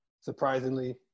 surprisingly